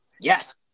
Yes